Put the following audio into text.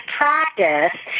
practice